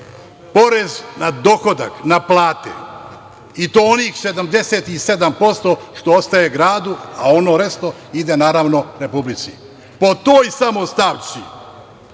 porez na dohodak, na plate i to onih 77% što ostaje gradu, a ono resto ide, naravno, Republici. Po toj samo stavci